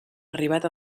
arribat